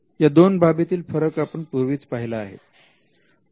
या दोन बाबी तील फरक आपण पूर्वीच पाहिला आहे